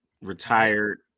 retired